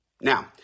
Now